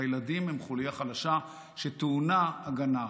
והילדים הם חוליה חלשה שטעונה הגנה,